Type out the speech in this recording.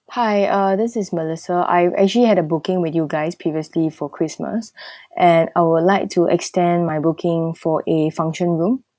hi uh this is melissa I actually had a booking with you guys previously for christmas and I would like to extend my booking for a function room